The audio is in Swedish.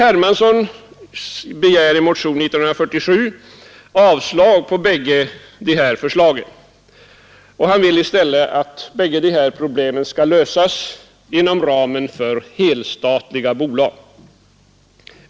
I motionen 1947 av herr Hermansson m.fl. yrkas avslag på båda förslagen. Motionärerna vill i stället att dessa problem skall lösas inom ramen för ett helstatligt bolag.